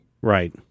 Right